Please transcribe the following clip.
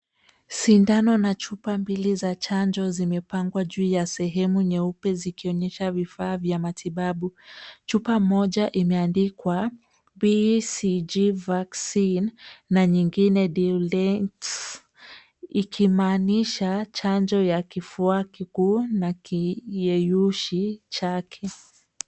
Sindano na chupa mbili za chanjo, zimepangwa juu ya sehemu nyeupe zikionyesha vifaa vya matibabu. Chupa moja imeandikwa BCG Vaccine na nyingine diluents , ikimaanisha chanjo ya kifua kikuu na kiyeyushi chake.